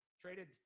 Traded